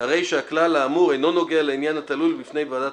הרי שהכלל האמור אינו נוגע לעניין התלוי בפני ועדת